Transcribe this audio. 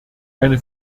eine